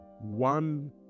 one